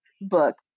book